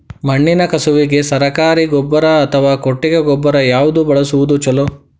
ಮಣ್ಣಿನ ಕಸುವಿಗೆ ಸರಕಾರಿ ಗೊಬ್ಬರ ಅಥವಾ ಕೊಟ್ಟಿಗೆ ಗೊಬ್ಬರ ಯಾವ್ದು ಬಳಸುವುದು ಛಲೋ?